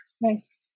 Nice